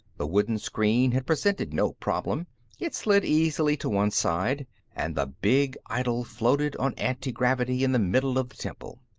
the wooden screen had presented no problem it slid easily to one side and the big idol floated on antigravity in the middle of the temple.